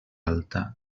alta